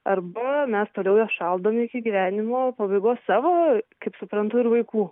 arba mes toliau juos šaldom iki gyvenimo pabaigos savo kaip suprantu ir vaikų